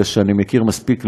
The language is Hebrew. אני מכיר מספיק,